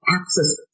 access